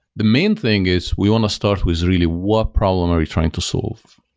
the main thing is we want to start with really what problem are we trying to solve.